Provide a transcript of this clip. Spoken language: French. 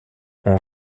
ont